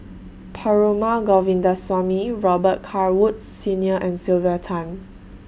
Perumal Govindaswamy Robet Carr Woods Senior and Sylvia Tan